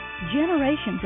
Generations